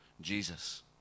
Jesus